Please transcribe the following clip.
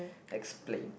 explain